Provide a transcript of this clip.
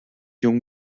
jung